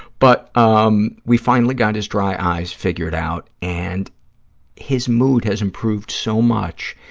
but um we finally got his dry eyes figured out, and his mood has improved so much,